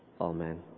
Amen